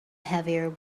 heavier